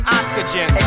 oxygen